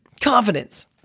confidence